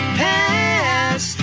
past